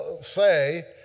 say